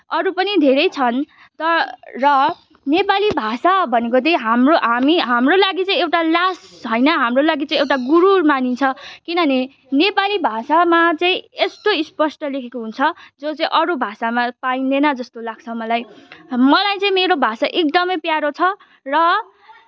अरू पनि धेरै छन् तर नेपाली भाषा भनेको चाहिँ हाम्रो हामी हाम्रो लागि चाहिँ एउटा लास होइन हाम्रो लागि चाहिँ एउटा गुरुर मानिन्छ किनभने नेपाली भाषामा चाहिँ यस्तो स्पष्ट लेखेको हुन्छ जो चाहिँ अरू भाषामा पाइँदैन जस्तो लाग्छ मलाई मलाई चाहिँ मेरो भाषा एकदमै प्यारो छ र